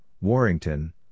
Warrington